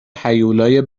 هیولای